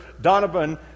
donovan